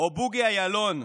או בוגי יעלון,